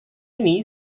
ini